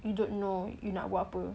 you don't know you nak buat apa